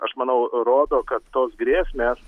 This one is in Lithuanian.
aš manau rodo kad tos grėsmės